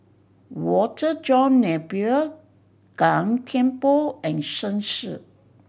Walter John Napier Gan Thiam Poh and Shen Xi